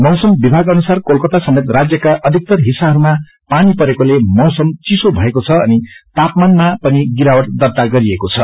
मौसम विभाग अनुसार कोलकाता समेत राज्यका अधिकतर हिस्साहरूमा पानी परेकोले मौसम चिसो भएको छ अनि तापमानामा पनि गिरावट दार्ता गरिएको छ